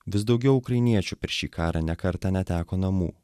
vis daugiau ukrainiečių per šį karą ne kartą neteko namų